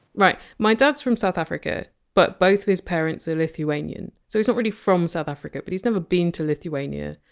my dad is from south africa but both his parents are lithuanian. so he's not really from south africa. but he's never been to lithuania.